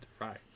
Right